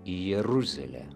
į jeruzalę